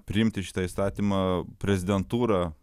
ir priimti šitą įstatymą prezidentūra